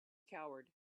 coward